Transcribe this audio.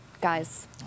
Guys